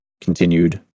continued